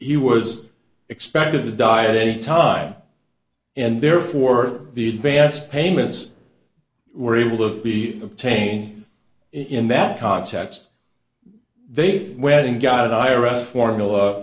he was expected to die at any time and therefore the advance payments were able to be obtained in that context they wearing god i r s formula